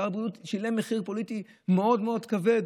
שר הבריאות שילם מחיר פוליטי מאוד מאוד כבד,